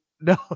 No